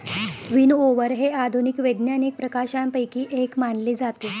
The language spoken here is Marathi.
विनओवर हे आधुनिक वैज्ञानिक प्रकाशनांपैकी एक मानले जाते